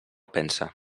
pensa